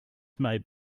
may